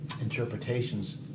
interpretations